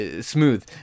smooth